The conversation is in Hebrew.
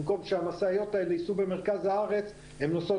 במקום שהמשאיות יסעו במרכז הארץ הן נוסעות